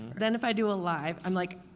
then if i do a live, um like